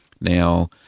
Now